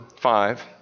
five